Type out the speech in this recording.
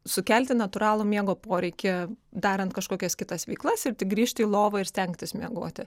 sukelti natūralų miego poreikį darant kažkokias kitas veiklas ir tik grįžti į lovą ir stengtis miegoti